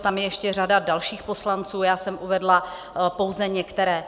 Tam je ještě řada dalších poslanců, já jsem uvedla pouze některé.